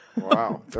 Wow